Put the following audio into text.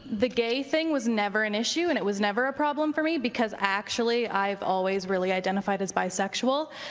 the gay thing was never an issue. and it was never a problem for me. because, actually, i've always really identified as bi sexual.